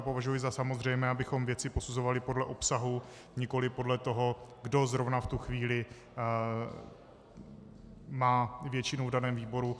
Považuji to za samozřejmé, abychom věci posuzovali podle obsahu, nikoli podle toho, kdo zrovna v tu chvíli má většinu v daném výboru.